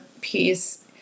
piece